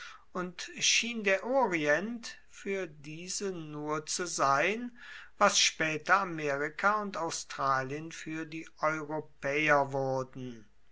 und schien der orient für diese nur zu sein was später amerika und australien für die europäer wurden